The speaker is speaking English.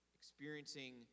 experiencing